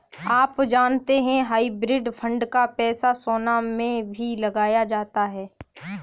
आप जानते है हाइब्रिड फंड का पैसा सोना में भी लगाया जाता है?